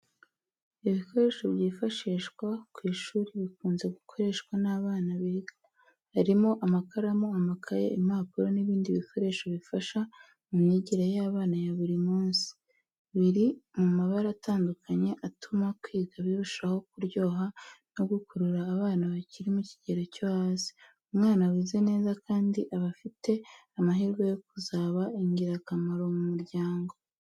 Ibikoresho byifashishwa ku ishuri bikunze gukoreshwa n’abana biga. Harimo amakaramu, amakaye, impapuro, n’ibindi bikoresho bifasha mu myigire y’abana ya buri munsi. Biri mu mabara atandukanye atuma kwiga birushaho kuryoha no gukurura abana bakiri mukigero cyo hasi. Umwana wize neza kandi aba afite amahirwe yo kuzaba ingirakamaro mu muryango.